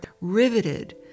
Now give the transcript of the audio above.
riveted